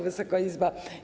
Wysoka Izbo!